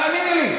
תאמיני לי.